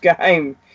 game